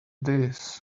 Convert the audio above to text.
this